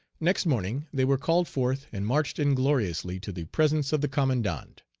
next morning they were called forth and marched ingloriously to the presence of the commandant.